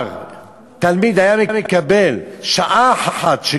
בעבר תלמיד היה מקבל שעה אחת בשבוע,